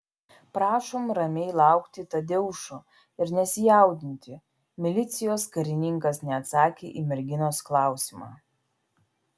prašom ramiai laukti tadeušo ir nesijaudinti milicijos karininkas neatsakė į merginos klausimą